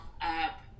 up